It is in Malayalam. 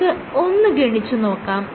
നമുക്ക് ഒന്ന് ഗണിച്ചു നോക്കാം